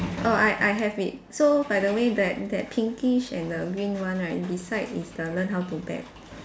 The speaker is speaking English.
oh I I have it so by the way that that pinkish and the green one right beside is the learn how to bet